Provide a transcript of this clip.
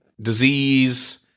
disease